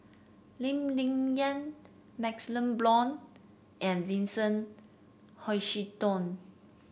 Lee Ling Yen MaxLe Blond and Vincent Hoisington